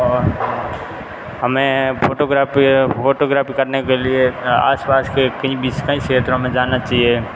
और हमें photography photography करने के लिए आसपास के कई बीच कई क्षेत्रों में जाना चाहिए